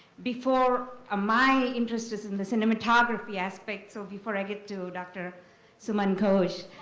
before ah my interest is in the cinematography aspect, so before i get to doctor suman ghosh.